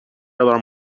alarm